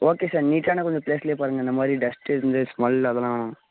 okay sir நீட்டான கொஞ்சம் ப்ளேஸ்சிலே பாருங்க இந்தமாதிரி டஸ்ட்டு இந்த ஸ்மெல் அதெல்லாம் வேணாம்